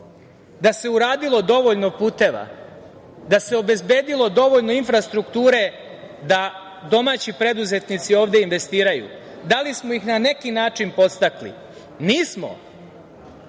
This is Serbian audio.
da se uradilo dovoljno puteva, da se obezbedilo dovoljno infrastrukture da domaći preduzetnici ovde investiraju? Da li smo ih na neki način podstakli? Nismo.